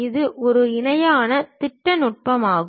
இது ஒரு இணையான திட்ட நுட்பமாகும்